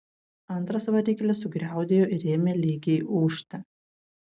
antras variklis sugriaudėjo ir ėmė lygiai ūžti